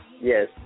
yes